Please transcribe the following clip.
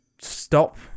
stop